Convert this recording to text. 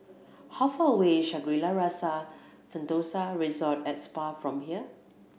how far away is Shangri La's Rasa Sentosa Resort at Spa from here